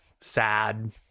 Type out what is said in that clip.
sad